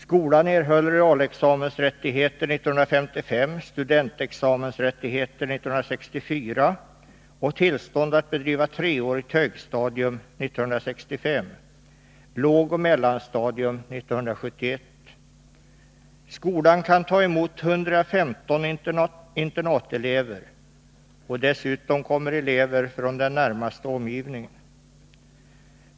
Skolan erhöll realexamensrättigheter 1955, studentexamensrättigheter 1964, tillstånd att bedriva 3-årigt högstadium 1965 och tillstånd att bedriva lågoch mellanstadium 1971. Skolan kan ta emot 115 internatelever. Dessutom kommer elever från den närmaste omgivningen.